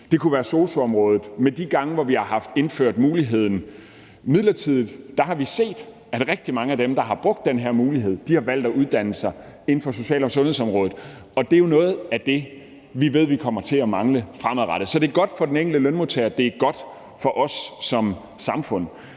Det kunne være sosu-området. De gange, hvor vi har indført muligheden midlertidigt, har vi set, at rigtig mange af dem, der har brugt den her mulighed, har valgt at uddanne sig inden for social- og sundhedsområdet, og det er jo nogle af dem, vi ved vi kommer til at mangle fremadrettet. Så det er godt for den enkelte lønmodtager, og det er godt for os som samfund.